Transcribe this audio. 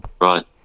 right